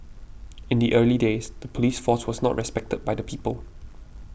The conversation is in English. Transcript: in the early days the police force was not respected by the people